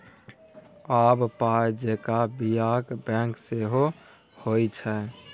आब पाय जेंका बियाक बैंक सेहो होए छै